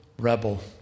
rebel